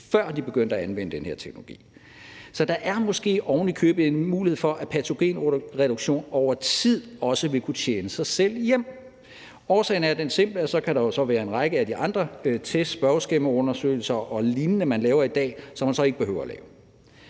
før de begyndte at anvende den her teknologi Så der er måske ovenikøbet en mulighed for, at patogenreduktion over tid også vil kunne tjene sig selv hjem. Årsagen er den simple, at der jo så kan være en række af de andre test, spørgeskemaundersøgelser og lignende, man laver i dag, som man så ikke behøver lave.